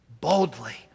boldly